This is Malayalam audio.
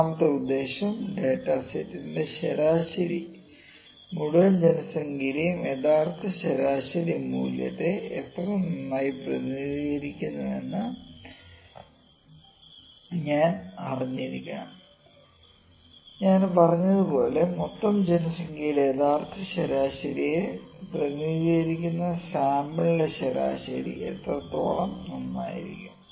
മൂന്നാമത്തെ ഉദ്ദേശ്യം ഡാറ്റാ സെറ്റിന്റെ ശരാശരി മുഴുവൻ ജനസംഖ്യയുടെയും യഥാർത്ഥ ശരാശരി മൂല്യത്തെ എത്ര നന്നായി പ്രതിനിധീകരിക്കുന്നുവെന്ന് ഞാൻ അറിഞ്ഞിരിക്കണം ഞാൻ പറഞ്ഞതുപോലെ മൊത്തം ജനസംഖ്യയുടെ യഥാർത്ഥ ശരാശരിയെ പ്രതിനിധീകരിക്കുന്ന സാമ്പിളിന്റെ ശരാശരി എത്രത്തോളം നന്നായിരിക്കും